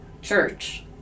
church